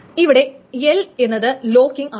ഇവിടെ l എന്നത് locking ആണ്